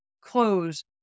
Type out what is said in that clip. close